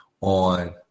on